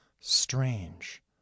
strange